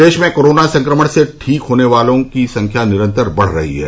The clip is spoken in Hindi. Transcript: प्रदेश में कोरोना संक्रमण से ठीक होने वालों संख्या निरन्तर बढ़ रही है